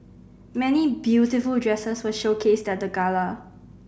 many beautiful dresses were showcased at the Gala